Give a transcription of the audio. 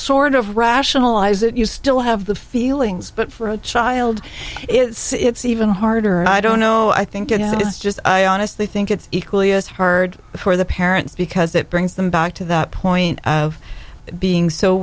sort of rationalize it you still have the feelings but for a child it's even harder and i don't know i think it is just i honestly think it's equally as hard for the parents because it brings them back to that point of being so